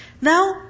Now